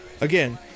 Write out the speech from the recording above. Again